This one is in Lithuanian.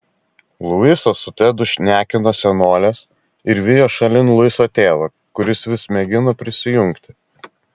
luisas su tedu šnekino senoles ir vijo šalin luiso tėvą kuris vis mėgino prisijungti